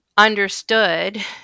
understood